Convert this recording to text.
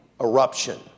eruption